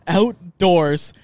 outdoors